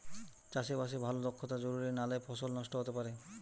চাষে বাসে ভালো দক্ষতা জরুরি নালে ফসল নষ্ট হতে পারে